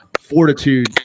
fortitude